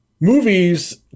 Movies